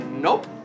Nope